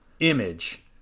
image